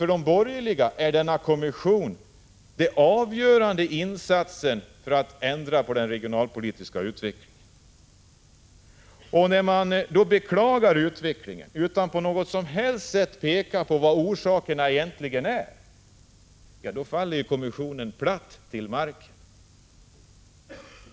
För de borgerliga är denna kommission den avgörande insatsen för att ändra den regionalpolitiska utvecklingen. Men när man bara beklagar utvecklingen utan att på något sätt peka på vilka orsakerna egentligen är, då faller kommissionen platt till marken.